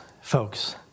folks